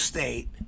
State